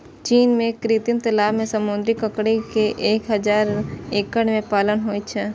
चीन मे कृत्रिम तालाब मे समुद्री ककड़ी के एक हजार एकड़ मे पालन होइ छै